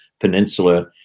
peninsula